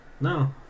No